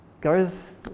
goes